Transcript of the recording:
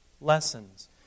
lessons